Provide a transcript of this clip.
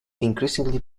increasingly